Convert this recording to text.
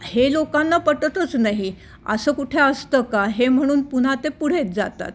हे लोकांना पटतच नाही असं कुठे असतं का हे म्हणून पुन्हा ते पुढेत जातात